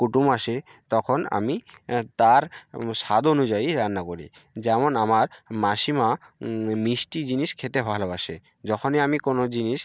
কুটুম আসে তখন আমি তার স্বাদ অনুযায়ী রান্না করি যেমন আমার মাসিমা মিষ্টি জিনিস খেতে ভালোবাসে যখনই আমি কোনো জিনিস